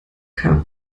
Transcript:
kam